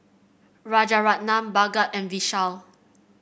Rajaratnam Bhagat and Vishal